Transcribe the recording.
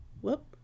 Whoop